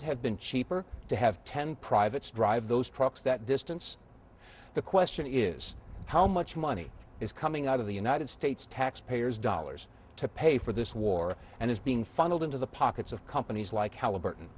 it have been cheaper to have ten privates drive those trucks that distance the question is how much money is coming out of the united states taxpayers dollars to pay for this war and is being funneled into the pockets of companies like halliburton